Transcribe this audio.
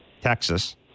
Texas